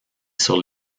sur